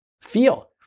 feel